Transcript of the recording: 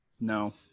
no